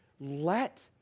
let